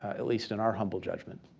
at least in our humble judgment,